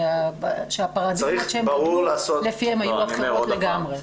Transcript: שהפרדיגמות שהן --- לפיהן היו אחרות לגמרי.